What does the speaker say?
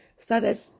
started